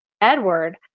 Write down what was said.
Edward